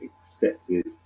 accepted